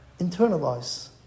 internalize